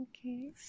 Okay